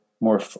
more